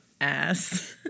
ass